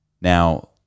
Now